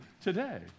today